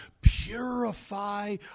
purify